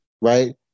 right